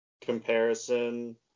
comparison